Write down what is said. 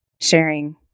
sharing